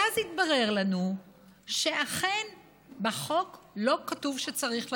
ואז התברר לנו שאכן בחוק לא כתוב שצריך לתת.